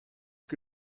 que